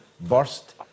burst